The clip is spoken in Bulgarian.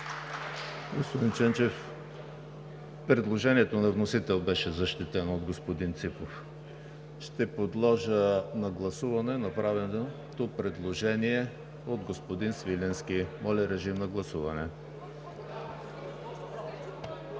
Господин Ченчев, предложението на вносител беше защитено от господин Ципов. Ще подложа на гласуване направеното предложение от господин Свиленски. Гласували